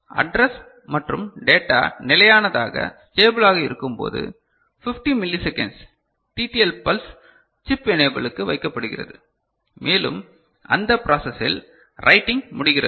address மற்றும் data நிலையானதாக ஸ்டேபிளாக இருக்கும்போது 50 milliseconds TTL pulse chip எனேபிளுக்கு வைக்கப்படுகிறது மேலும் அந்த ப்ராசசில் ரைட்டிங் முடிகிறது